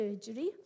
surgery